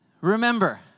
remember